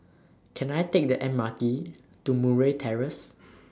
Can I Take The M R T to Murray Terrace